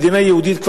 במדינה יהודית,